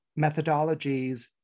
methodologies